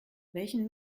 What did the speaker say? welchen